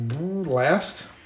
last